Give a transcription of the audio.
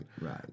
right